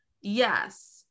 Yes